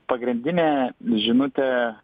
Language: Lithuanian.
pagrindinė žinutė